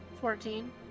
Fourteen